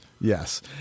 yes